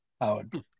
Howard